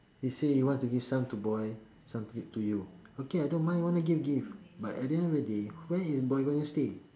he say he want to give some to boy some give to you okay I don't mind want to give give but at the end of the day where is boy going to stay